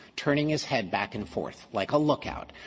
turning his head back and forth like a lookout.